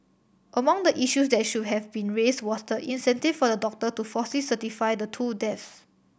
among the issues that should have been raised was the incentive for the doctor to falsely certify the two deaths